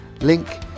link